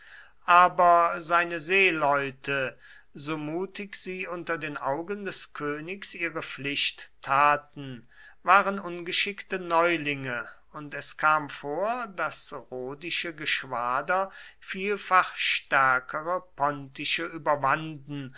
aber seine seeleute so mutig sie unter den augen des königs ihre pflicht taten waren ungeschickte neulinge und es kam vor daß rhodische geschwader vielfach stärkere pontische überwanden